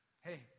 Hey